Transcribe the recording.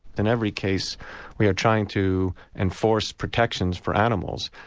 in every case we are trying to enforce protections for animals,